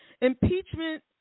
impeachment